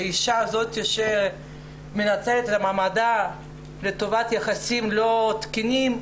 שאישה היא זו שמנצל את מעמד לטובת יחסים לא תקינים,